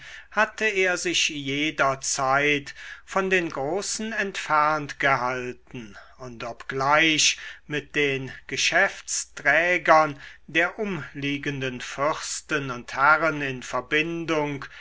hatte er sich jederzeit von den großen entfernt gehalten und obgleich mit den geschäftsträgern der umliegenden fürsten und herren in verbindung